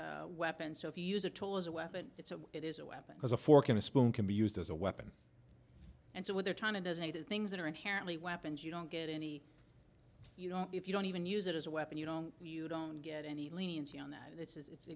lee weapon so if you use a tool as a weapon it's a it is a weapon because a fork in a spoon can be used as a weapon and so what they're trying to doesn't do things that are inherently weapons you don't get any you know if you don't even use it as a weapon you don't you don't get any leniency on that this is it's